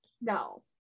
no